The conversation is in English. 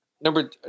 Number